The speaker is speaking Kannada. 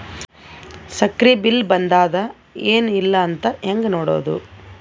ಸಕ್ರಿ ಬಿಲ್ ಬಂದಾದ ಏನ್ ಇಲ್ಲ ಅಂತ ಹೆಂಗ್ ನೋಡುದು?